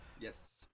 Yes